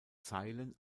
zeilen